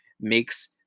makes